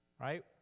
right